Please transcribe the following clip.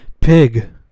Pig